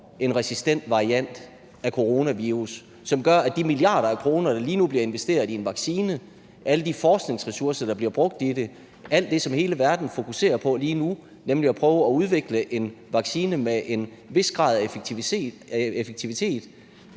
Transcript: en resistent variant af coronavirus, som gør, at der lige nu investeres milliarder af kroner i at udvikle en vaccine imod den, og jeg tænker på alle de forskningsressourcer, der bliver brugt på alt det, som hele verden fokuserer på lige nu, nemlig at prøve at udvikle en vaccine med en vis grad af effektivitet.